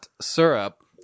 syrup